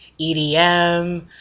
EDM